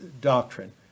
doctrine